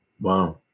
Wow